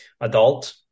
adult